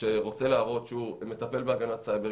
שרוצה להראות שהוא מטפל בהגנת סייבר,